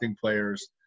players